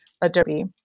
Adobe